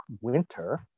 winter